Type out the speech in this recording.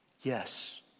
Yes